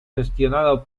gestionado